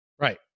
Right